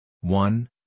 one